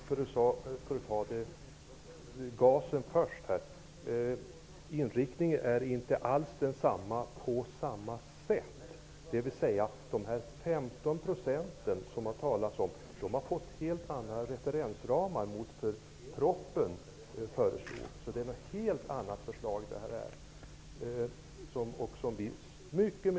Herr talman! När det gäller GAS är inriktningen i det här förslaget inte alls densamma som i propositionen. De 15 % som man har talat om har fått helt andra referensramar än i förslaget i propositionen.